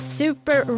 super